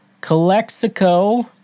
Calexico